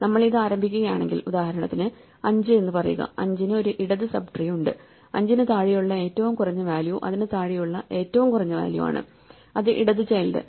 നമ്മൾ ഇത് ആരംഭിക്കുകയാണെങ്കിൽ ഉദാഹരണത്തിന് 5 എന്ന് പറയുക 5 നു ഒരു ഇടതു സബ്ട്രീ ഉണ്ട് 5 ന് താഴെയുള്ള ഏറ്റവും കുറഞ്ഞ വാല്യൂ അതിനു താഴെയുള്ള ഏറ്റവും കുറഞ്ഞ വാല്യൂ ആണ് അത് ഇടതു ചൈൽഡ്